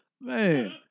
Man